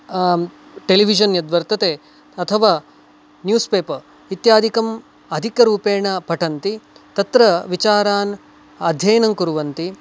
television यद्वर्तते अथवा news paper इत्यादिकम् अधिकरूपेण पठन्ति तत्र विचारान् अध्ययनं कुर्वन्ति